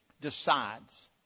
decides